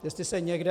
A jestli se někde...